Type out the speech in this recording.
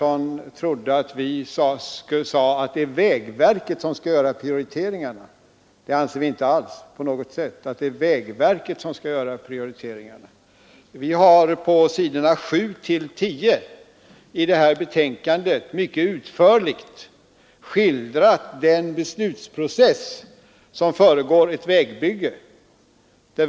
Han trodde att vi ansåg att vägverket skall sköta prioriteringarna. Det anser vi inte på något sätt. På sidorna 7—10 i betänkandet har vi mycket utförligt skildrat den beslutsprocess som föregår ett vägbygge.